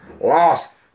lost